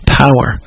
power